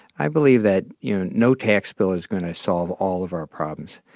i believe that you know no tax bill is going to solve all of our problems.